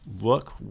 look